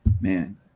man